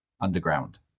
underground